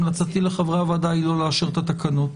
המלצתי לחברי הוועדה היא לא לאשר את התקנות.